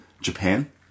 Japan